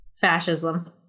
fascism